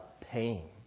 pain